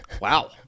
Wow